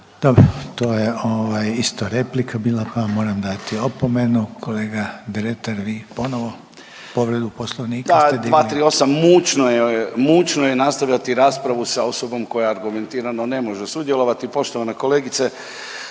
Dobro, to je ovaj isto replika bila pa vam moram dati opomenu. Kolega Dretar, vi ponovo povredu Poslovnika ste dignuli? **Dretar, Davor (DP)** Da 238., mučno je, mučno je nastavljati raspravu sa osobom koja argumentirano ne može sudjelovati. Poštovana kolegice